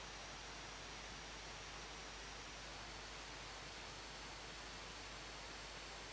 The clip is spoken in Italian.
Grazie a tutti